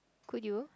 could you